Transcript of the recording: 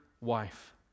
wife